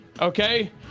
Okay